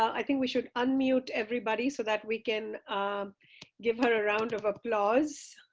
i think we should unmute everybody so that we can give her a round of applause.